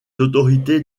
autorités